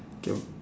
okay